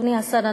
אדוני השר,